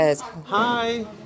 Hi